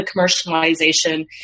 commercialization